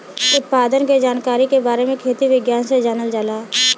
उत्पादन के जानकारी के बारे में खेती विज्ञान से जानल जाला